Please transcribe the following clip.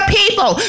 people